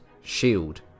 shield